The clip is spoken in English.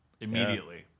immediately